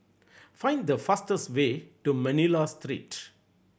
find the fastest way to Manila Street